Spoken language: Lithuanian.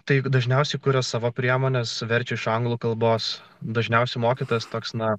taip dažniausiai kurios savo priemones verčia iš anglų kalbos dažniausiai mokytojas toks na